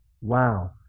Wow